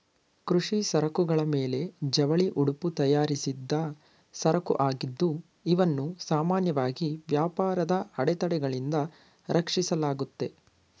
ಕೃಷಿ ಸರಕುಗಳ ಮೇಲೆ ಜವಳಿ ಉಡುಪು ತಯಾರಿಸಿದ್ದ ಸರಕುಆಗಿದ್ದು ಇವನ್ನು ಸಾಮಾನ್ಯವಾಗಿ ವ್ಯಾಪಾರದ ಅಡೆತಡೆಗಳಿಂದ ರಕ್ಷಿಸಲಾಗುತ್ತೆ